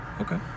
Okay